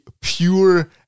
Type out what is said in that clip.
pure